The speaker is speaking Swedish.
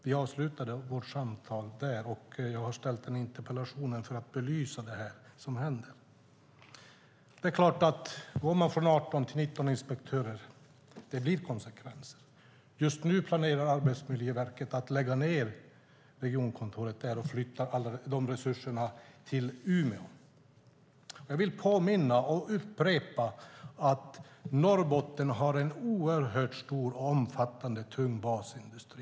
Vi avslutade vårt samtal där. Jag har ställt denna interpellation för att belysa det som händer. Det är klart att om man går från 18 till 9 inspektörer får det konsekvenser. Just nu planerar Arbetsmiljöverket att lägga ned regionkontoret i Luleå och flytta dessa resurser till Umeå. Jag vill påminna om att Norrbotten har en oerhört stor och omfattande tung basindustri.